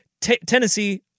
Tennessee